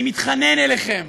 אני מתחנן אליכם,